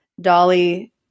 Dolly